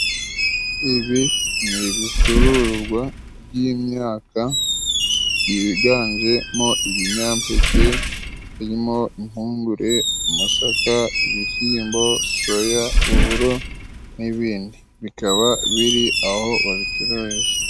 Ibi ni ibicuruzwa by'imyaka byiganjemo ibinyampeke birimo impungure, amasaka, ibishyimbo, soya, uburo n'ibindi, bikaba biri aho babicururiza.